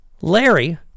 Larry